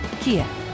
Kia